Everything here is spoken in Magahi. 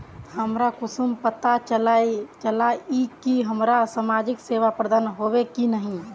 हमरा कुंसम पता चला इ की हमरा समाजिक सेवा प्रदान होबे की नहीं?